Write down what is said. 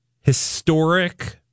historic